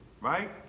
right